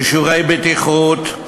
אישורי בטיחות,